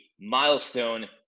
milestone